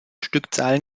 stückzahlen